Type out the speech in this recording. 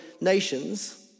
nations